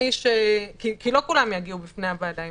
כי לא כולם יגיעו בפני הוועדה.